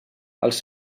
els